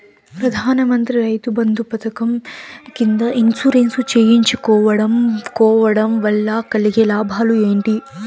ప్రధాన మంత్రి రైతు బంధు పథకం కింద ఇన్సూరెన్సు చేయించుకోవడం కోవడం వల్ల కలిగే లాభాలు ఏంటి?